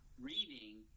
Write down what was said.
reading